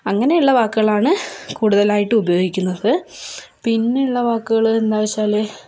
അങ്ങനെയുള്ള വാക്കുകളാണ് കൂടുതലായിട്ടും ഉപയോഗിക്കുന്നത് പിന്നെയുള്ള വാക്കുകൾ എന്താ വച്ചാൽ